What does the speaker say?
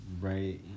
right